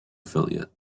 affiliate